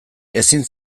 ezin